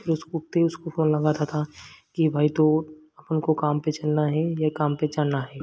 उसको फिर उसको कॉल लगाता था कि भाई तू उठ आपन को काम पर चलना है या काम पर जाना है